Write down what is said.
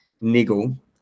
niggle